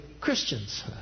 Christians